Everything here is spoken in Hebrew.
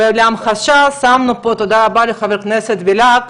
להמחשה שמנו פה, תודה רבה לחבר הכנסת בליאק,